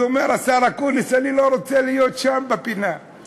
אז אומר השר אקוניס: אני לא רוצה להיות שם בפינה.